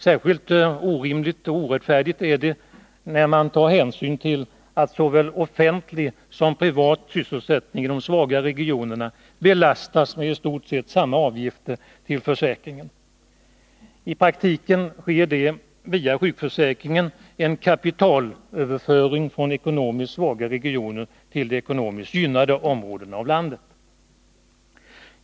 Särskilt orimligt och orättfärdigt är det när man tar hänsyn till att såväl offentlig som privat sysselsättning i de svagare regionerna belastas med i stort sett samma avgifter till försäkringen. I praktiken sker det via sjukförsäkringen en kapitalöverföring från ekonomiskt svaga regioner till de ekonomiskt gynnade områdena av landet.